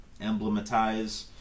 emblematize